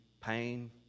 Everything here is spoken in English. pain